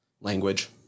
language